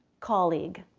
colleague